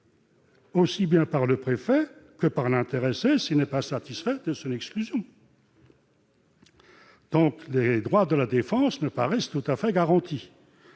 Aussi bien par le préfet que par l'intéressé, s'il n'est pas satisfaite de son exclusion. Donc des droits de la défense ne paraissent tout à fait garanti,